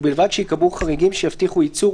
ובלבד שייקבעו חריגים שיבטיחו ייצור,